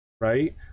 right